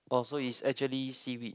oh so it's actually seaweed